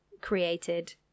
Created